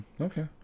okay